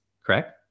correct